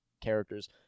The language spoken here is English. characters